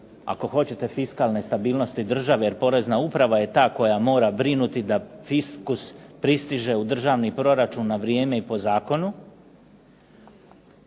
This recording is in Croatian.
očuvanje fiskalne stabilnosti države, jer Porezna uprava je ta koja mora brinuti da fiskus pristiže u državni proračun na vrijeme i po zakonu